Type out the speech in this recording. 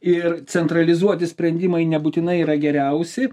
ir centralizuoti sprendimai nebūtinai yra geriausi